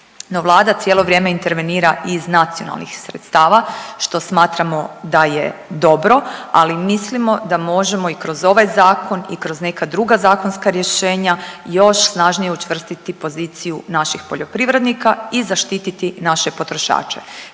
No vlada cijelo vrijeme intervenira iz nacionalnih sredstava što smatramo da je dobro, ali mislimo da možemo i kroz ovaj zakon i kroz neka druga zakonska rješenja još snažnije učvrstiti poziciju naših poljoprivrednika i zaštiti naše potrošače.